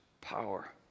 power